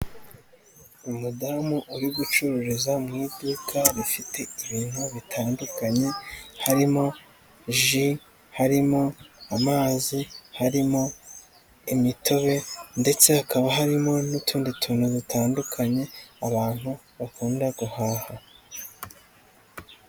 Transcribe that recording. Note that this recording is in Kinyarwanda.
Umudamu uri gucururiza mu iduka rifite ibintu bitandukanye harimo ji, harimo amazi, harimo imitobe ndetse hakaba harimo n'utundi tuntu dutandukanye abantu bakunda guhaha.